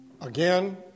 Again